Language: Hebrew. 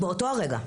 באותו הרגע.